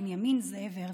בנימין זאב הרצל,